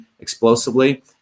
explosively